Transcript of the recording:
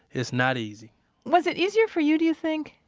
it's not easy was it easier for you, do you think?